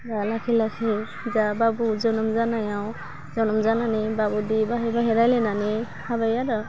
दा लासै लासै जोंहा बाबु जोनोम जानायाव जोनोम जानानै बाबु दि बाहाय बाहाय रायलायनानै हाबाय आरो